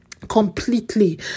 Completely